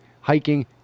hiking